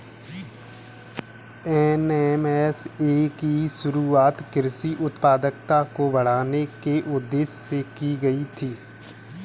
NMSA की शुरुआत कृषि उत्पादकता को बढ़ाने के उदेश्य से की गई थी